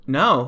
no